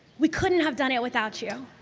we couldn't have done it without you.